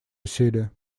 усилия